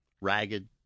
ragged